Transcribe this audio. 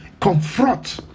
confront